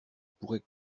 pourrait